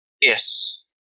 Yes